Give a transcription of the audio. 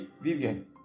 Vivian